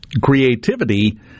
Creativity